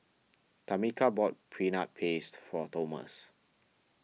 Tamica bought Peanut Paste for Tomas